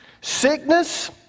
sickness